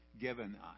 given